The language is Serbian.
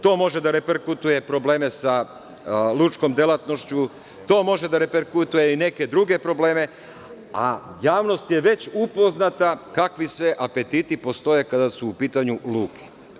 To može da proizvede probleme i sa lučkom delatnošću, to može da proizvede i neke druge probleme, a javnost je već upoznata kakvi sve apetiti postoje kada su u pitanju luke.